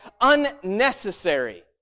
unnecessary